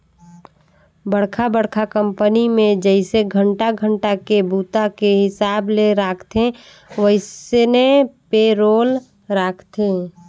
बड़खा बड़खा कंपनी मे जइसे घंटा घंटा के बूता के हिसाब ले राखथे वइसने पे रोल राखथे